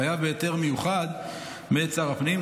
חייב בהיתר מיוחד מאת שר הפנים.